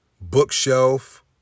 bookshelf